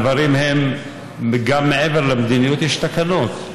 הדברים הם גם מעבר למדיניות יש תקנות.